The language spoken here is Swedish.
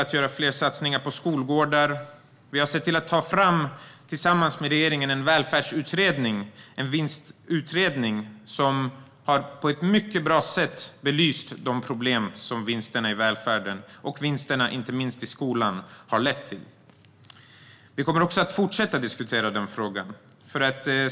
Vi har tillsammans med regeringen sett till att ta fram en utredning om vinster i välfärden, som på ett mycket bra sätt belyst de problem som vinsterna i välfärden, inte minst i skolan, har lett till. Vi kommer att fortsätta att diskutera den frågan.